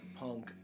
punk